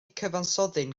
cyfansoddyn